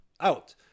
out